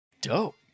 Dope